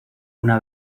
una